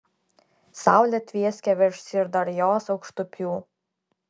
saulė tvieskė virš syrdarjos aukštupių